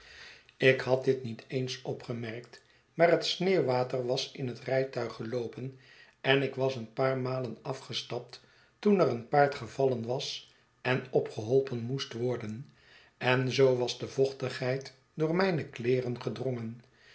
ik had dit niet eens opgemerkt maar het sneeuwwater was in het rijtuig geloopen en ik was een paar malen afgestapt toen er een paard gevallen was en opgeholpen moest worden en zoo was de vochtigheid door mijne kleeren gedrongen